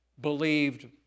believed